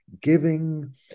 giving